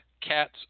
Cat's